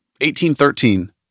1813